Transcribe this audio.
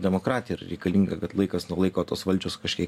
demokratija reikalinga kad laikas nuo laiko tos valdžios kažkiek